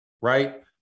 Right